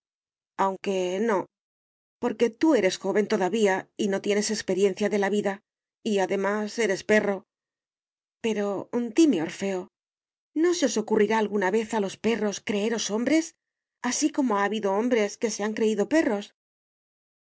aunque no porque tú eres joven todavía y no tienes experiencia de la vida y además eres perro pero dime orfeo no se os ocurrirá alguna vez a los perros creeros hombres así como ha habido hombres que se han creído perros